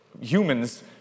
humans